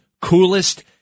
coolest